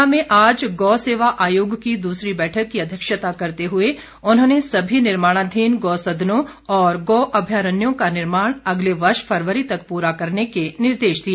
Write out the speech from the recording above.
शिमला में आज गौ सेवा आयोग की दूसरी बैठक की अध्यक्षता करते हुए उन्होंने सभी निर्माणाधीन गौसदनों और गौ अभ्यारण्यों का निर्माण अगले वर्ष फरवरी तक पूरा करने के निर्देश दिए